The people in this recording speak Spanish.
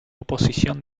oposición